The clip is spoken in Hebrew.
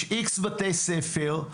יש איקס בתי ספר.